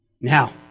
Now